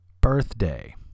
birthday